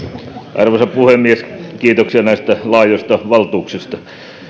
arvoisa puhemies kiitoksia näistä laajoista valtuuksista